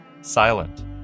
silent